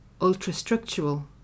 ultrastructural